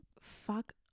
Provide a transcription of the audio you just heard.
fuck